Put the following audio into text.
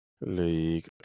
League